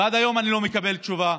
ועד היום אני לא מקבל תשובה.